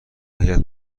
هیات